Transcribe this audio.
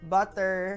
Butter